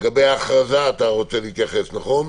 חגבי ההכרזה אתה רוצה להתייחס, נכון?